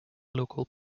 local